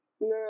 No